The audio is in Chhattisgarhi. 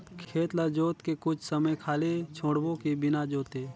खेत ल जोत के कुछ समय खाली छोड़बो कि बिना जोते?